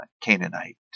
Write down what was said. Canaanite